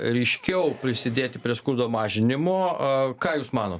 ryškiau prisidėti prie skurdo mažinimo a ką jūs manot